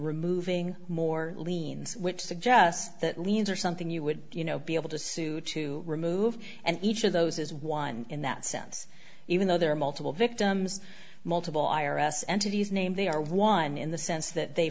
removing more liens which suggests that liens are something you would you know be able to sue to remove and each of those is one in that sense even though there are multiple victims multiple i r s entities named they are one in the sense that they